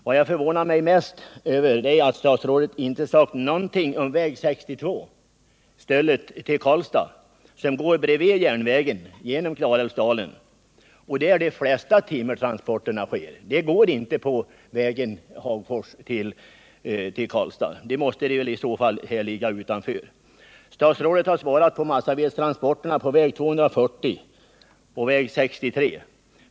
Vad jag förvånar mig mest över är att statsrådet inte sagt någonting om väg 62, Stöllet-Karlstad, som går bredvid järnvägen genom Klarälvsdalen. Det är där de flesta timmertransporterna sker. De går inte på vägen Hagfors-Karlstad. Statsrådet har svarat när det gäller massavedstransporterna på väg 240 och väg 63.